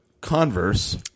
Converse